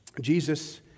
Jesus